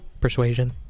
persuasion